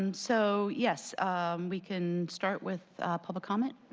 um so yes we can start with public comment.